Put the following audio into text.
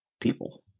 people